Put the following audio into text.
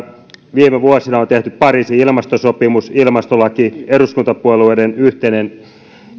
viime vuosina on tehty pariisin ilmastosopimus ilmastolaki eduskuntapuolueiden yhteinen